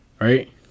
right